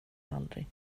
aldrig